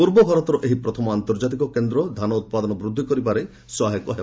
ପୂର୍ବ ଭାରତର ଏହି ପ୍ରଥମ ଆନ୍ତର୍ଜାତିକ କେନ୍ଦ୍ର ଧାନ ଉତ୍ପାଦନ ବୃଦ୍ଧି କରିବାରେ ସହାୟକ ହେବ